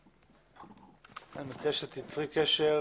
אני מציע שתיצרי קשר